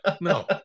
No